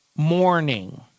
Morning